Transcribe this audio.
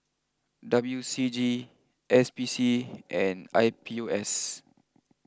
W C G S P C and I P O S